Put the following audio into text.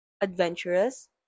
adventurous